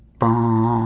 bom